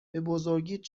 بزرگیت